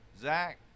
Zach